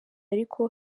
ariko